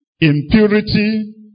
Impurity